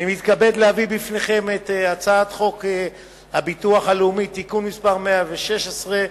אני מתכבד להביא בפניכם את הצעת חוק הביטוח הלאומי (תיקון מס' 116)